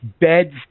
beds